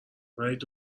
وحید